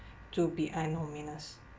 to be